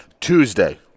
Tuesday